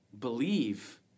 believe